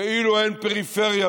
כאילו אין פריפריה,